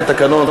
לפי התקנון,